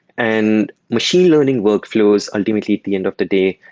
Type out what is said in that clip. and machine learning workflows ultimately at the end of the day,